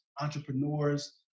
entrepreneurs